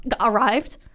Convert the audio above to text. arrived